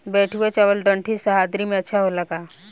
बैठुआ चावल ठंडी सह्याद्री में अच्छा होला का?